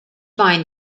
mind